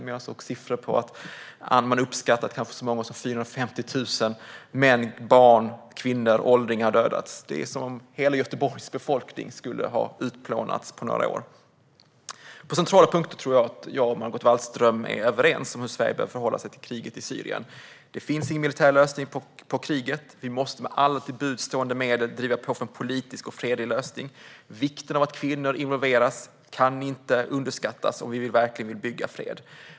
Men man uppskattar att så många som 450 000 män, barn, kvinnor och åldringar dödats. Det är som om hela Göteborgs befolkning skulle ha utplånats på några år. På centrala punkter tror jag att jag och Margot Wallström är överens om hur Sverige bör förhålla sig till kriget i Syrien. Det finns ingen militär lösning på kriget. Vi måste med alla till buds stående medel driva på för en politisk och fredlig lösning. Vikten av att kvinnor involveras kan inte överskattas om vi verkligen vill bygga fred.